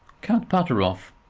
count pateroff.